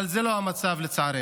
אבל זה לא המצב, לצערנו.